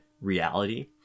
reality